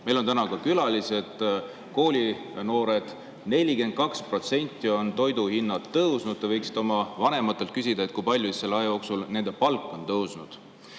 Meil on täna ka külalised. Koolinoored! 42% on toidu hinnad tõusnud. Te võiksite oma vanematelt küsida, kui palju on selle aja jooksul nende palk tõusnud.